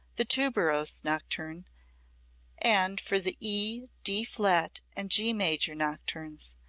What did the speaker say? the tuberose nocturne and for the e, d flat and g major nocturnes,